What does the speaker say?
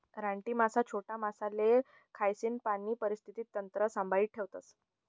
रानटी मासा छोटा मासासले खायीसन पाणी परिस्थिती तंत्र संभाई ठेवतस